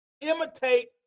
imitate